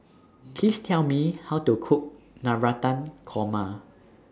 Please Tell Me How to Cook Navratan Korma